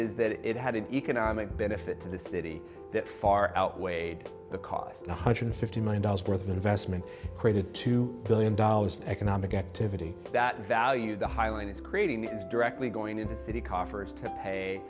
is that it had an economic benefit to the city that far outweighed the cost one hundred fifty million dollars worth of investment created two billion dollars economic activity that value the highline is creating is directly going to the city coffers to pay